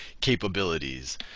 capabilities